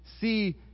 see